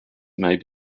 may